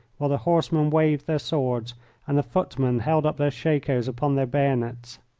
while the horsemen waved their swords and the footmen held up their shakos upon their bayonets.